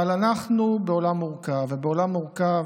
אבל אנחנו בעולם מורכב, ובעולם מורכב